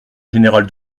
général